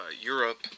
Europe